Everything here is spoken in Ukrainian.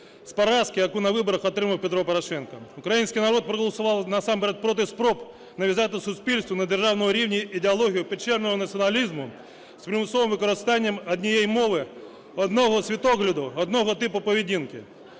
з поразки, яку на виборах отримав Петро Порошенко. Український народ проголосував насамперед проти спроб нав'язати суспільству на державному рівні ідеологію печерного націоналізму з примусовим використанням однієї мови, одного світогляду, одного типу поведінки.